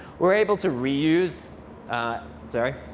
we're able to reuse sorry,